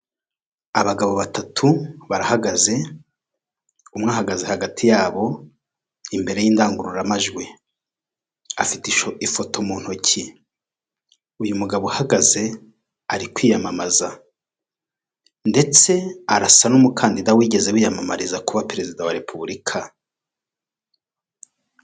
Abagabo batatu barahagaze umwe ahagaze hagati yabo imbere y'indangururamajwi, afite ifoto mu ntoki. Uyu mugabo uhagaze ari kwiyamamaza, ndetse arasa n'umukandida wigeze wiyamamariza kuba perezida wa Repubulika.